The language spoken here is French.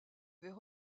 vers